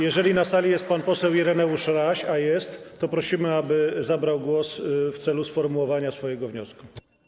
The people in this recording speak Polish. Jeżeli na sali jest pan poseł Ireneusz Raś, a jest, prosimy, aby zabrał głos w celu sformułowania swojego wniosku.